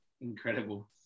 incredible